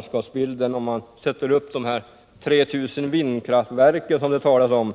höjder och längs våra kuster satte upp de 3 000 vindkraftverk som det talas om.